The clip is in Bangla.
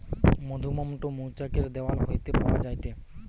মধুমোম টো মৌচাক এর দেওয়াল হইতে পাওয়া যায়টে